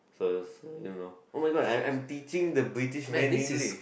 first I don't know oh my god I'm I'm teaching the British man English